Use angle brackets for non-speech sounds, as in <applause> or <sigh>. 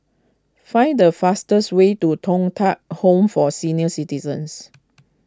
find the fastest way to Thong Tat Home for Senior Citizens <noise>